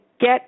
get